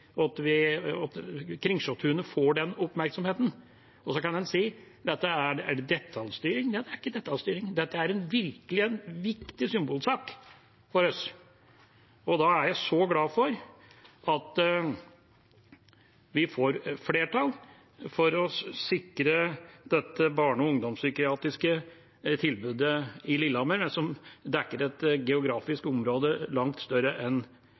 Kringsjåtunet får den oppmerksomheten. Så kan en si at dette er detaljstyring. Nei, dette er ikke detaljstyring. Det er virkelig en viktig symbolsak for oss. Da er jeg glad for at vi får flertall for å sikre dette barne- og ungdomspsykiatriske tilbudet i Lillehammer, men det dekker et geografisk område langt større enn